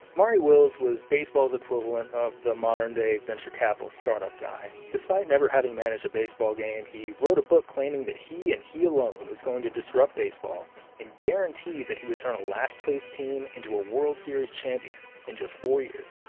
maury wills was baseball's equivalent of the modern-day venture capital startup guy. despite never having managed a baseball game, he wrote a book claiming that he and he alone was going to disrupt baseball and guaranteed that he would turn a last-place team into a world series champion in just four years.